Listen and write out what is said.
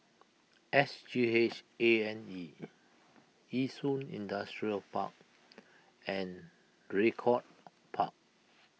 S G H A and E Yishun Industrial Park and Draycott Park